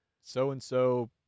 so-and-so